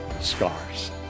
scars